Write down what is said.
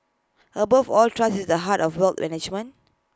above all trust is the heart of wealth management